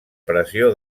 pressió